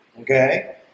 okay